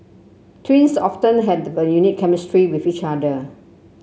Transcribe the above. twins often have the unique chemistry with each other